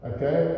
Okay